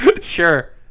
Sure